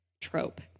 trope